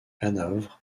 hanovre